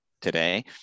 today